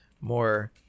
more